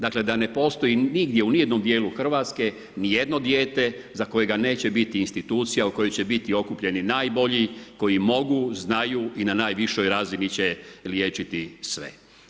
Dakle, da ne postoji nigdje, ni u jednom dijelu Hrvatske, ni jedno dijete za kojega neće biti institucija, za koje će bit okupljani najbolji, koji mogu, znaju i na najvišoj razini će liječiti sve.